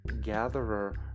gatherer